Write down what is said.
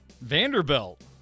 Vanderbilt